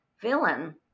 villain